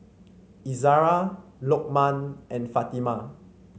Izzara Lokman and Fatimah